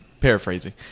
paraphrasing